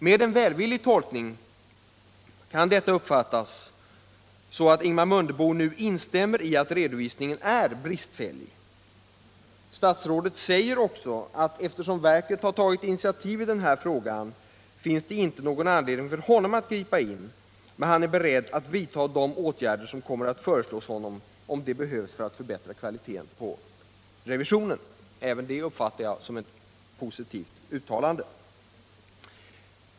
Med en välvillig tolkning kan detta uppfattas såsom att Ingemar Mundebo instämmer i att redovisningen är bristfällig. Statsrådet säger också att det, eftersom verket har tagit initiativ i den här frågan, inte finns någon anledning för honom att gripa in men att han är beredd att vidta de åtgärder som kommer att föreslås honom, om det behövs för att förbättra kvaliteten på revisionen. Även detta uppfattar jag såsom ett positivt uttalande.